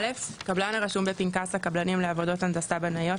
קבלן הרשום בפנקס הקבלנים לעבודות הנדסה בנאיות,